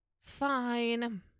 Fine